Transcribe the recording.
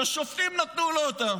ששופטים נתנו לו אותם.